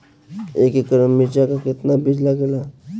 एक एकड़ में मिर्चा का कितना बीज लागेला?